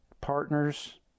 partners